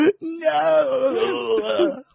no